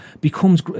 becomes